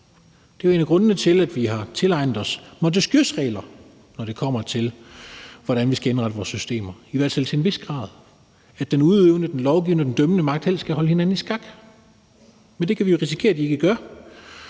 Det er jo en af grundene til, at vi har tilegnet os Montesquieus regler, når det kommer til, hvordan vi skal indrette vores systemer – i hvert fald til en vis grad. Den udøvende, den lovgivende og den dømmende magt skal helst holde hinanden i skak, men det kan vi risikere de ikke gør,